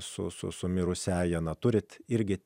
su su sumirusiąja na turit irgi